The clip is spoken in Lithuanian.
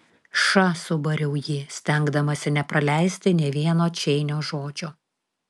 ša subariau jį stengdamasi nepraleisti nė vieno čeinio žodžio